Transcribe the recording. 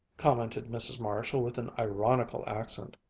commented mrs. marshall, with an ironical accent.